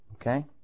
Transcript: Okay